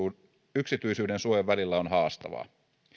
yksityisyydensuojan välillä on haastavaa